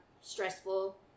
stressful